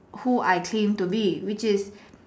who I claim to be which is